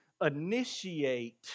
initiate